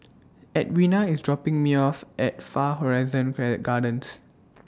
Edwina IS dropping Me off At Far Horizon Play Gardens